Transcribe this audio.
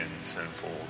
sinful